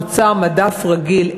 מוצר מדף רגיל,